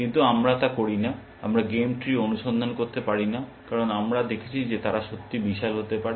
কিন্তু আমরা তা করি না আমরা গেম ট্রি অনুসন্ধান করতে পারি না কারণ আমরা দেখেছি যে তারা সত্যিই বিশাল হতে পারে